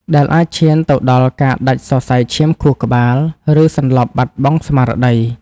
ដែលអាចឈានទៅដល់ការដាច់សរសៃឈាមខួរក្បាល ឬសន្លប់បាត់បង់ស្មារតី។